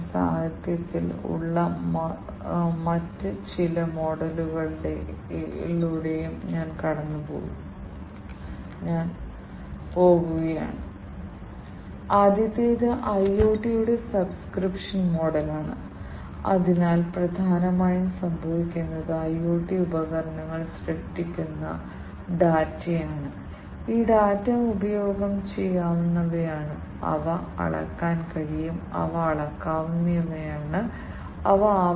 tracking ആവശ്യങ്ങൾക്കും ഷിപ്പ്മെന്റുകൾ ട്രാക്കുചെയ്യുന്നതിനും ലോജിസ്റ്റിക്സ് ട്രാക്കുചെയ്യുന്നതിനും ട്രക്കുകൾ ട്രാക്കുചെയ്യുന്നതിനും നാവിഗേഷൻ വ്യവസായത്തിൽ ഉപയോഗിക്കാൻ കഴിയുന്നവയാണ് ജിപിഎസ് അടിസ്ഥാനമാക്കിയുള്ള സെൻസറുകൾ